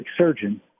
surgeon